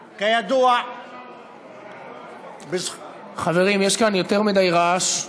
כידוע, חברים, יש כאן יותר מדי רעש.